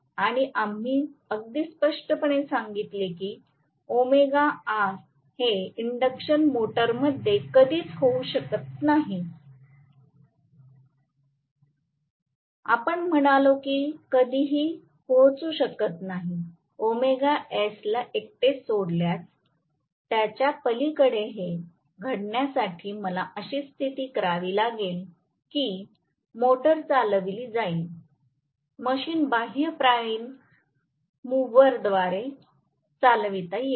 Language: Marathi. आणि आम्ही अगदी स्पष्टपणे सांगितले की हे इंडक्शन मोटरमध्ये कधीच होऊ शकत नाही आपण म्हणालो की कधीही पोहोचू शकत नाही ला एकटे सोडल्यास त्याच्या पलीकडे हे घडण्यासाठी मला अशी स्थिती करावी लागेल की मोटर चालविली जाईल मशीन बाह्य प्राइम मूव्हरद्वारे चालविला येईल